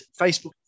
Facebook